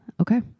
Okay